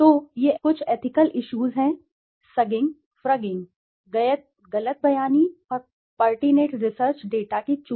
तो ये कुछ एथिकल इश्यूज हैं सगिंग फ्रगिंग गलत बयानी और पेरटिनेंट रिसर्च डेटा की चूक